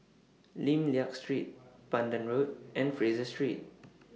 Lim Liak Street Pandan Road and Fraser Street